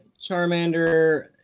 Charmander